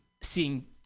seeing